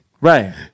Right